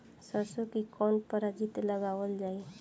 सरसो की कवन प्रजाति लगावल जाई?